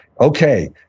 okay